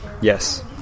Yes